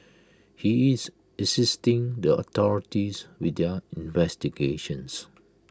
he is assisting the authorities with their investigations